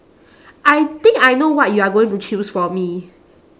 I think I know what you are going to choose for me